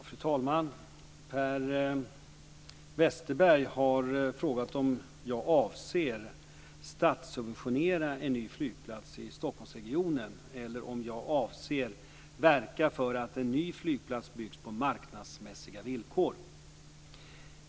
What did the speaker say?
Fru talman! Per Westerberg har frågat om jag avser att statssubventionera en ny flygplats i Stockholmsregionen eller om jag avser att verka för att en ny flygplats byggs på marknadsmässiga villkor.